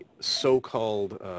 so-called